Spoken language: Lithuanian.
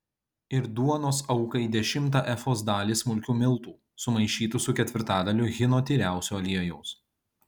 ir duonos aukai dešimtą efos dalį smulkių miltų sumaišytų su ketvirtadaliu hino tyriausio aliejaus